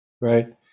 right